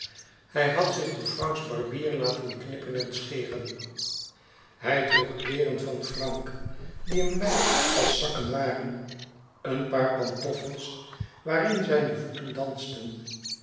hij had zich door franks barbier laten knippen en scheren en hij droeg kleêren van frank die hem wijd als zakken waren een paar pantoffels waarin zijne voeten dansten